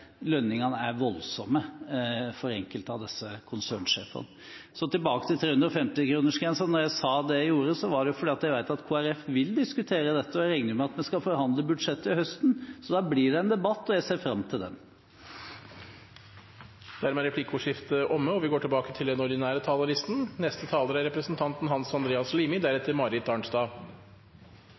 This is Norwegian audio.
lønningene er voldsomme for enkelte av disse konsernsjefene. Så tilbake til 350-kronersgrensen: Når jeg sa det jeg gjorde, var det fordi jeg vet at Kristelig Folkeparti vil diskutere dette. Jeg regner med at vi skal forhandle budsjett til høsten, så da blir det en debatt, og jeg ser fram til den. Replikkordskiftet er omme. Det går godt i landet vårt. Flere har sagt det fra talerstolen i dag, og det er det grunn til å understreke. Nå ser vi at optimismen er tilbake.